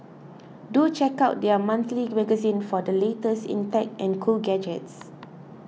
do check out their monthly magazine for the latest in tech and cool gadgets